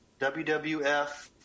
WWF